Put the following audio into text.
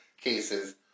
cases